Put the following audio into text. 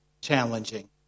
challenging